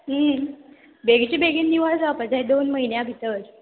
बेगीचे बेगीन निवळ जावपा जाय दोन म्हयन्या भितर